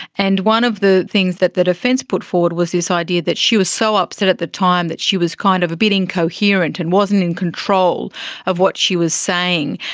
and one of the things that the defence put forward was this idea that she was so upset at the time that she was kind of a bit incoherent and wasn't in control of what she was saying.